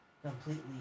Completely